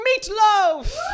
meatloaf